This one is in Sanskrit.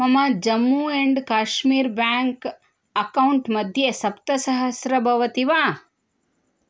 मम Jammu and Kashmir bank account मध्ये सप्तसहस्रं भवन्ति वा